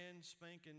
spanking